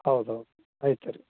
ಹೌದೌದು ಆಯ್ತ್ರಿ